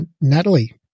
Natalie